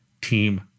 team